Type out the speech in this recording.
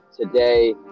today